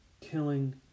killing